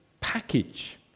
package